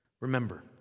Remember